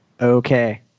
Okay